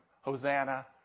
Hosanna